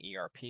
ERP